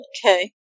Okay